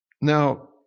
Now